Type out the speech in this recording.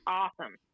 awesome